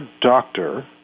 doctor